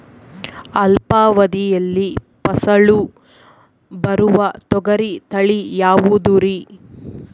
ಅಲ್ಪಾವಧಿಯಲ್ಲಿ ಫಸಲು ಬರುವ ತೊಗರಿ ತಳಿ ಯಾವುದುರಿ?